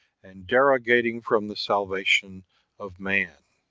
and derogating from the salvation of man.